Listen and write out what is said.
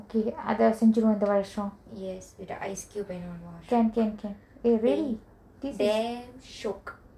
okay அத செஞ்சிருவோ இந்த வருசோ:atha senjiruvo intha varuso can can can eh ready this is